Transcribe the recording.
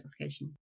application